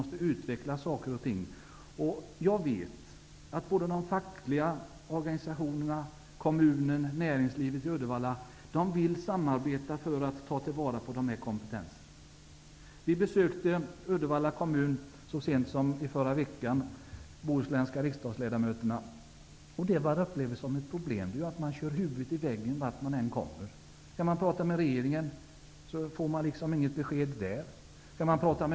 Saker och ting måste få utvecklas. Jag vet att de fackliga organisationerna, kommunen och näringslivet i Uddevalla vill samarbeta för att ta till vara på kompetensen. Vi bohusländska riksdagsledamöter besökte så sent som i förra veckan Uddevalla kommun. Det problem man upplevde var att man kör huvudet i väggen vart man än vänder sig. Regeringen ger inget besked.